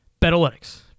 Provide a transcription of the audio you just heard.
Betalytics